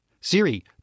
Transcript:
Siri